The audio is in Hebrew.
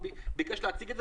הוא ביקש להציג את זה,